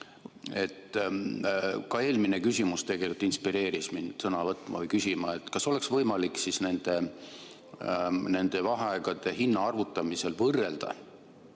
Ka eelmine küsimus tegelikult inspireeris mind sõna võtma või küsima. Kas oleks võimalik nende vaheaegade hinna arvutamisel võrrelda